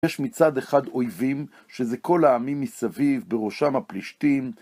יש מצד אחד אויבים, שזה כל העמים מסביב, בראשם הפלישתים.